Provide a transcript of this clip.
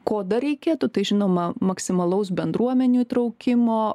ko dar reikėtų tai žinoma maksimalaus bendruomenių įtraukimo